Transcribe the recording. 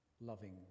Loving